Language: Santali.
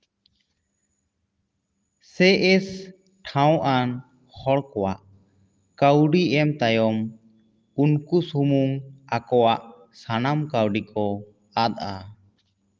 ᱥᱮ ᱮᱥ ᱴᱷᱟᱶ ᱟᱱ ᱦᱚᱲ ᱠᱚᱣᱟᱜ ᱠᱟᱹᱣᱰᱤ ᱮᱢ ᱛᱟᱭᱚᱢ ᱩᱱᱠᱩ ᱥᱩᱢᱩᱝ ᱟᱠᱚᱣᱟᱜ ᱥᱟᱱᱟᱢ ᱠᱟᱹᱣᱰᱤ ᱠᱚ ᱟᱫᱼᱟ